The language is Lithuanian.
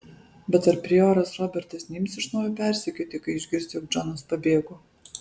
bet ar prioras robertas neims iš naujo persekioti kai išgirs jog džonas pabėgo